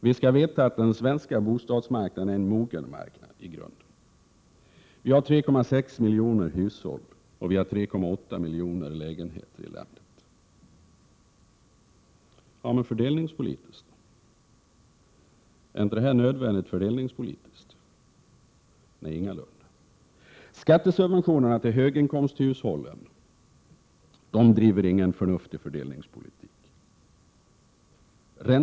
Vi skall veta att den svenska bostadsmarknaden i grunden är en mogen marknad. Det finns 3,6 miljoner hushåll och 3,8 miljoner lägenheter i landet. Ja, men är inte detta fördelningspolitiskt nödvändigt? Nej, ingalunda. Skattesubventionerna till höginkomsthushållen driver ingen förnuftig fördelningspolitik.